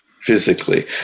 physically